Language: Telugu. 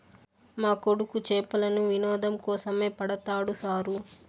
మా కొడుకు చేపలను వినోదం కోసమే పడతాడు సారూ